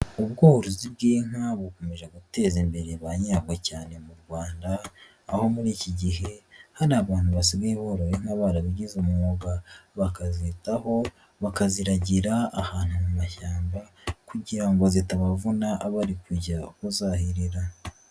Ubworozi bw'inka bukomeje guteza imbere banyabwo cyane mu Rwanda, aho muri iki gihe hari abantu basigaye boroye inka barabigize umwuga, bakazitaho bakaziragira ahantu mu mashyamba kugira ngo zitabavuna, bari kujya ku zahirira.